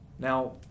Now